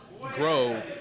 grow